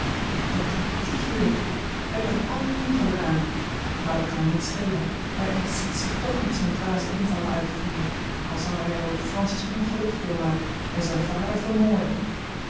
wat doet die hier hij brengt altijd ongeluk aan maar dat kan hem niet schelen hij ontziet zich toch niet zijn dwaze invallen uit te voeren al zou hij er ook francis ongelukkig door maken en zijn vader vermoorden